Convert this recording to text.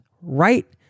right